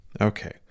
Okay